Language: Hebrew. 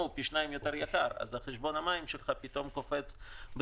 הוא פי שניים יותר יקר אז חשבון המים שלך פתאום קופץ משמעותית.